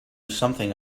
something